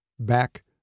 back